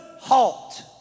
halt